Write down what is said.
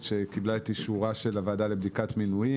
שקיבלה את אישורה של הוועדה לבדיקת מינויים.